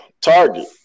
Target